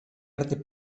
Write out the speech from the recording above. arte